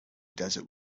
desert